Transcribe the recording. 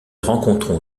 rencontrons